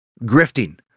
Grifting